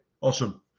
Awesome